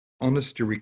honesty